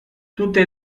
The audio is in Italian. tutte